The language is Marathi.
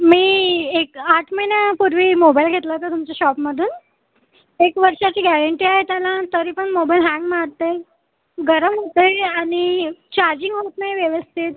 मी एक आठ महिन्यापूर्वी मोबाईल घेतला होता तुमच्या शॉपमधून एक वर्षाची गॅरंटी आहे त्याला आणि तरी पण मोबाईल हँग मारत आहे गरम होत आहे आणि चार्जिंग होत नाही व्यवस्थित